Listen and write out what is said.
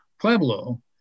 Pueblo